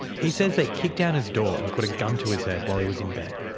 he says they kicked down his door and put a gun to his head while he was in bed.